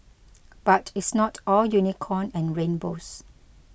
but it's not all unicorn and rainbows